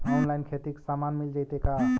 Online खेती के सामान मिल जैतै का?